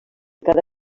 cada